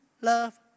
love